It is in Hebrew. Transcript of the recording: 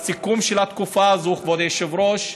בסיכום של התקופה הזאת, כבוד היושב-ראש,